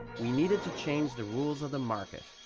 we needed to change the rules of the market.